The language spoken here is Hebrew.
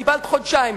קיבלת חודשיים,